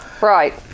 Right